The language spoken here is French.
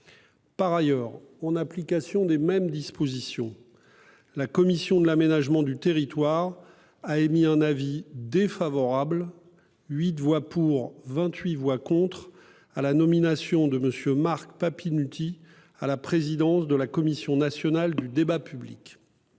Par ailleurs, en application des mêmes dispositions, la commission de l'aménagement du territoire a émis un avis défavorable- 8 voix pour, 28 voix contre -à la nomination de M. Marc Papinutti à la présidence de la Commission nationale du débat public.